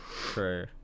True